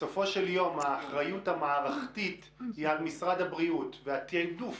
בסופו של יום האחריות המערכתית היא על משרד הבריאות והתיעדוף